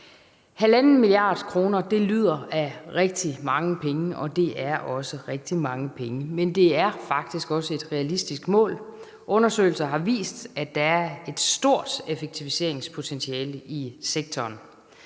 1,5 mia. kr. lyder som rigtig mange penge, og det er også rigtig mange penge, men det er faktisk også et realistisk mål. Undersøgelser har vist, at der er et stort effektiviseringspotentiale i sektoren.